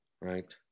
right